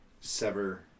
Sever